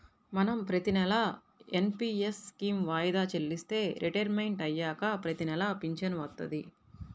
మనం ప్రతినెలా NPS scheme వాయిదా చెల్లిస్తే రిటైర్మంట్ అయ్యాక ప్రతినెలా పింఛను వత్తది